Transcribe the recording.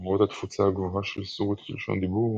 למרות התפוצה הגבוהה של סורית כלשון דיבור,